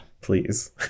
please